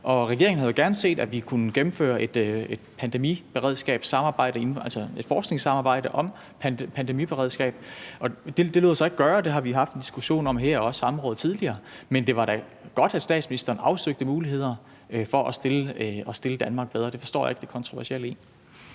et pandemiberedskabssamarbejde, altså et forskningssamarbejde om pandemiberedskab. Det lod sig ikke gøre, og det har vi haft en diskussion om her og også samråd om tidligere. Men det var da godt, at statsministeren afsøgte muligheder for at stille Danmark bedre. Det forstår jeg ikke det kontroversielle i.